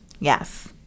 Yes